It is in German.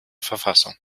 verfassung